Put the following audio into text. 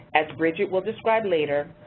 as bridget will described later,